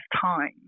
time